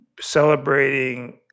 celebrating